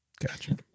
Gotcha